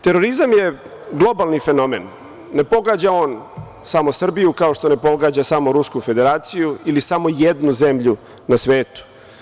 Terorizam je globalni fenomen, ne pogađa on samo Srbiju, kao što ne pogađa samo Rusku Federaciju ili samo jednu zemlju na svetu.